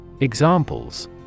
Examples